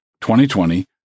2020